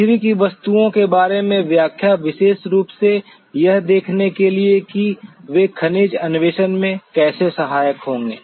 पृथ्वी की वस्तुओं के बारे में व्याख्या विशेष रूप से यह देखने के लिए कि वे खनिज अन्वेषण में कैसे सहायक होंगे